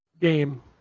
game